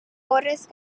horrez